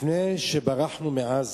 לפני שברחנו מעזה,